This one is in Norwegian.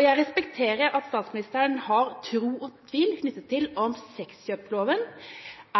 Jeg respekterer at statsministeren har tro og tvil knyttet til om sexkjøpsloven